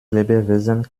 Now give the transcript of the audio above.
lebewesen